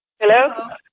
Hello